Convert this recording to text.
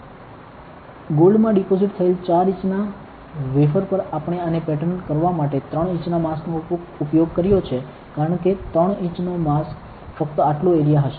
ઓત gold માં deposit થયેલ 4 ઇંચના વેફર પર આપણે આને પેટર્ન આપવા માટે 3 ઇંચના માસ્કનો ઉપયોગ કર્યો છે કારણ કે 3 ઇંચ નો માસ્કમા ફક્ત આટલો એરિયા હશે